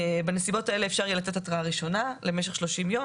בנסיבות הללו אפשר יהיה לתת התראה ראשונה למשך 30 ימים.